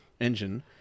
engine